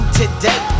today